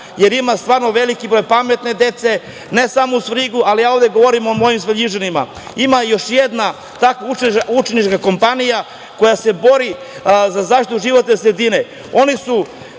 jer ima mnogo pametne dece, ne samo u Svrljigu, ali ja ovde govorim o mojim Svrljižanima. Ima još jedna učenička kampanja koja se bori za zaštitu životne sredine.